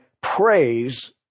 praise